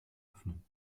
öffnen